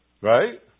Right